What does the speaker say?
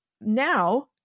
now